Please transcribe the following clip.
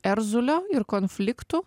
erzulio ir konfliktų